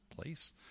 place